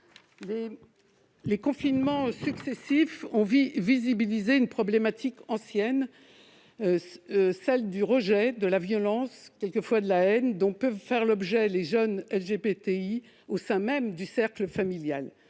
Les confinements successifs ont rendu visible une problématique ancienne, celle du rejet, de la violence, et parfois de la haine, dont peuvent faire l'objet les jeunes LGBTI au sein même du cercle familial,